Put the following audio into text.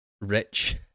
rich